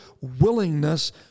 willingness